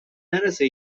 نرسه